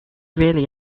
really